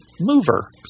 mover